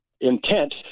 intent